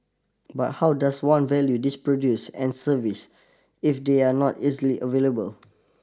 but how does one value these produce and service if they are not easily available